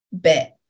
bit